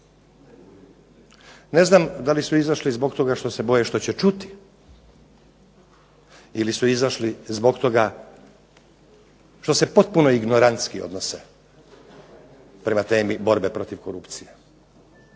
Ne znam da li su izašli zbog toga što se boje što će čuti ili su izašli zbog toga što se potpuno ingorantski odnose prema temi borbe protiv korupcije,